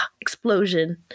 explosion